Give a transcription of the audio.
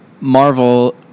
Marvel